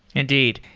indeed.